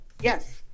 yes